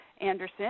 Anderson